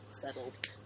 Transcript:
settled